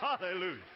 Hallelujah